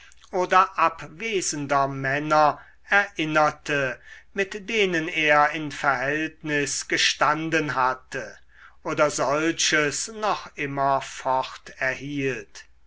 oder abwesender männer erinnerte mit denen er in verhältnis gestanden hatte oder solches noch immer